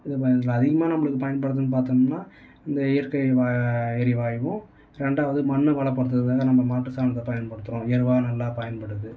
இது பா இதில் அதிகமாக நம்மளுக்கு பயன்படுத்துகிறதுன்னு பார்த்தோம்னா அந்த இயற்கை வா எரிவாயுவும் ரெண்டாவது மண் வளப்படுத்துகிறதுக்காக நம்ம மாட்டு சாணத்தை பயன்படுத்துகிறோம் எருவாக நல்லா பயன்படுது